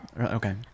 Okay